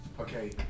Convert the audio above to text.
Okay